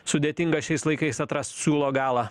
sudėtinga šiais laikais atrast siūlo galą